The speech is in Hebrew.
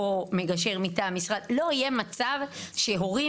לא יהיה מצב שהורים,